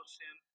sin